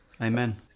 amen